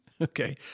Okay